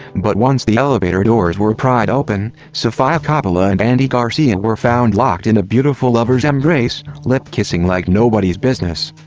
but once the elevator doors were pried open, sofia coppola and andy garcia and were found locked in a beautiful lover's embrace, lip kissing like nobody's business.